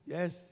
Yes